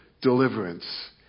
deliverance